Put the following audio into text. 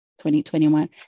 2021